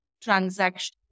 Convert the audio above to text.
transaction